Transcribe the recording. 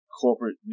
corporate